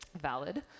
valid